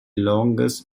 longest